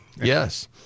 Yes